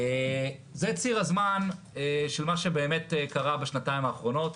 זה ציר הזמן של מה שבאמת קרה בשנתיים האחרונות.